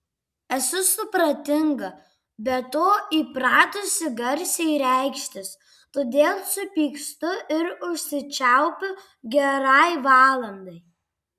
esu supratinga be to įpratusi garsiai reikštis todėl supykstu ir užsičiaupiu gerai valandai